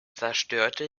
zerstörte